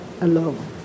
alone